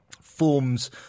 Forms